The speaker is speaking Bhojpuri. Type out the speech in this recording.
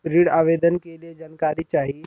ऋण आवेदन के लिए जानकारी चाही?